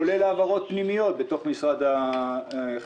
כולל העברות פנימיות מתוך משרד החינוך,